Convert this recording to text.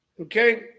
okay